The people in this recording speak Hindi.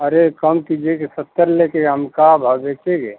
अरे कम कीजिए कि सत्तर लेकर हम क्या भाव से